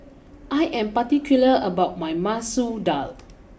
I am particular about my Masoor Dal